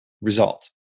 result